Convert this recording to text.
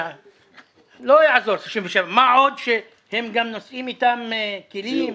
לא יעזור 67. מה עוד שהם גם נושאים איתם כלים,